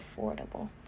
affordable